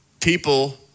people